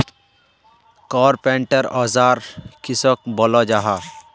Carpenter औजार किसोक बोलो जाहा?